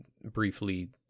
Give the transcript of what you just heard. briefly